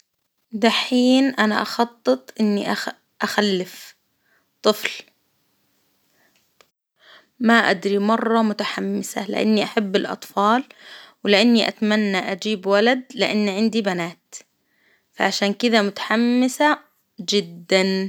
دحين أنا أخطط إني أخ أخلف طفل، ما أدري مرة متحمسة لإني أحب الأطفال، ولإني أتمنى أجيب ولد، لإن عندي بنات، فعشان كذا متحمسة جدا.